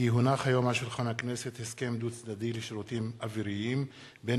כי הונח היום על שולחן הכנסת הסכם דו-צדדי לשירותים אוויריים בין